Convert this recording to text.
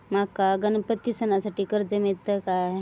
माका गणपती सणासाठी कर्ज मिळत काय?